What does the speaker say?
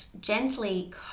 gently